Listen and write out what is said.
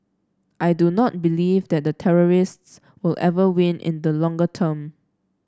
I do not believe that the terrorists will ever win in the longer term